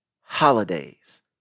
Holidays